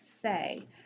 say